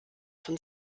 von